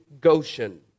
Goshen